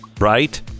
right